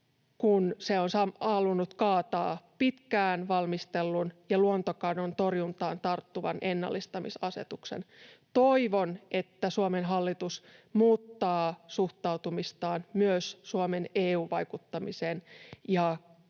kun se on halunnut kaataa pitkään valmistellun ja luontokadon torjuntaan tarttuvan ennallistamisasetuksen. Toivon, että Suomen hallitus muuttaa suhtautumistaan myös Suomen EU-vaikuttamiseen